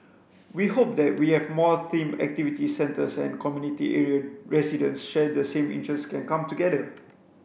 we hope that we have more themed activity centres and community area residents share the same interest can come together